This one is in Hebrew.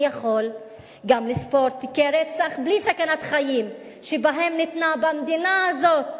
מי יכול גם לספור תיקי רצח בלי סכנת חיים שבהם ניתן במדינה הזאת